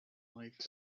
life